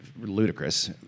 ludicrous